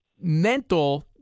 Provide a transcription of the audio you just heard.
mental